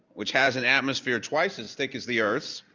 which has an atmosphere twice as thick as the earth's.